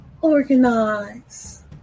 organize